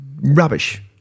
rubbish